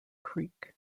creek